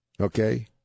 Okay